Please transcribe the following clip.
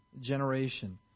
generation